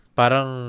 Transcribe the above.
parang